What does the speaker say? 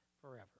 forever